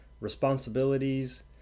responsibilities